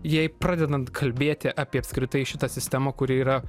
jai pradedant kalbėti apie apskritai šitą sistemą kuri yra